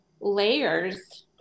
layers